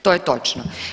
To je točno.